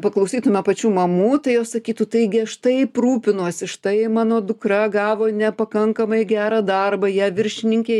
paklausytume pačių mamų tai jos sakytų taigi aš taip rūpinuosi štai mano dukra gavo nepakankamai gerą darbą ją viršininkė